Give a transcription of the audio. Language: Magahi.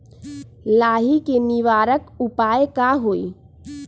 लाही के निवारक उपाय का होई?